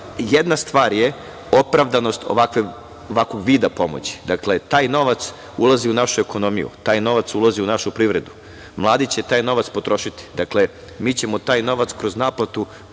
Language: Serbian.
Jedna stvar je opravdanost ovakvog vida pomoći. Dakle, taj novac ulazi u našu ekonomiju, taj novac ulazi u našu privredu, mladi će taj novac potrošiti. Dakle, mi ćemo taj novac kroz naplatu poreza